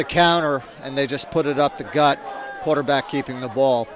the counter and they just put it up the got quarterback eating the ball